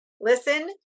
Listen